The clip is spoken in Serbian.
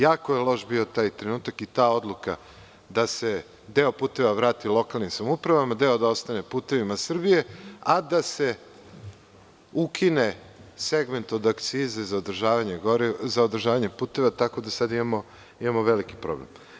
Jako je loš bio taj trenutak i ta odluka da se deo puteva vrati lokalnim samoupravama, deo da ostane „Putevima Srbije“, a da se ukine segment od akcize za održavanje puteva, tako da sad imamo veliki problem.